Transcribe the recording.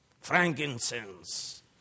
Frankincense